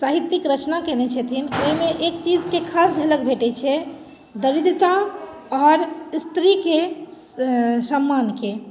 साहित्यिक रचना कयने छथिन ओहिमे एक चीजके खास झलक भेटैत छै दरिद्रता आओर स्त्रीके सम्मानके